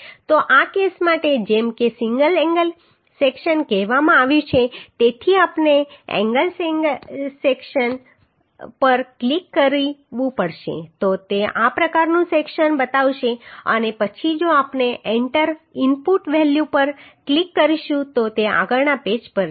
તો આ કેસ માટે જેમ કે સિંગલ એંગલ સેક્શન કહેવામાં આવ્યું છે તેથી આપણે સિંગલ એંગલ સેક્શન પર ક્લિક કરવું પડશે તો તે આ પ્રકારનો સેક્શન બતાવશે અને પછી જો આપણે એન્ટર ઈનપુટ વેલ્યુ પર ક્લિક કરીશું તો તે આગળના પેજ પર જશે